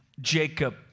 Jacob